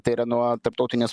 tai yra nuo tarptautinės